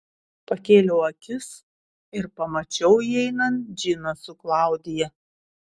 pakėliau akis ir pamačiau įeinant džiną su klaudija